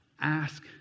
ask